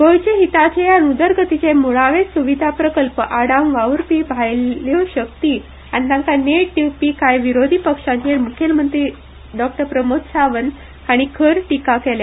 गोंयचे हिताचे आनी उदरगतीचे म्ळावे स्विदा प्रकल्प आडावंक वावूरपी भायल्यो शक्ती आनी तांकां नेट दिवपी कांय विरोधी पक्षांचेर म्खेलमंत्री डॉक्टर प्रमोद सावंत हाणीं खर टीका दिल्या